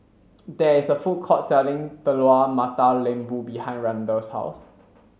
there is a food court selling Telur Mata Lembu behind Randall's house